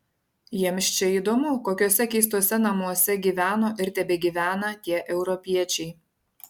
jiems čia įdomu kokiuose keistuose namuose gyveno ir tebegyvena tie europiečiai